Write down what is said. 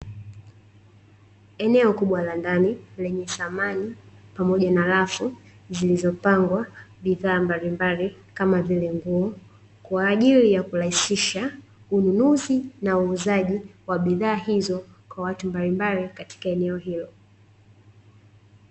Eneo kubwa la ndani lenye samani pamoja na rafu zilizopangwa bidha mbalimbali kama vile nguo, kwa ajili ya kurahisisha ununuzi na uuzaji wa bidhaa hizo kwa watu mbalimbali katika eneo hilo.